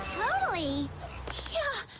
molly yeah,